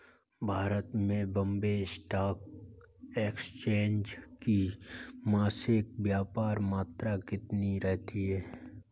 भारत में Bombay stock exchange की मासिक व्यापार मात्रा कितनी रहती है?